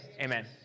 Amen